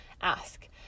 ask